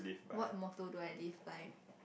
what motto do I live life